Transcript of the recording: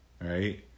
Right